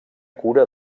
cura